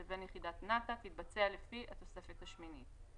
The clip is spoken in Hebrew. לבין יחידת נת"א תתבצע לפי התוספת השמינית".